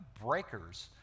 breakers